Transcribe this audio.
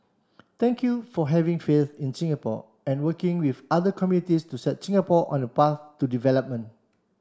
thank you for having faith in Singapore and working with other communities to set Singapore on a path to development